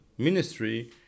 Ministry